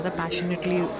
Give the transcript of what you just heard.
passionately